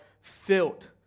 filled